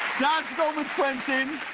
dad's going with quintin,